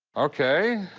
ok.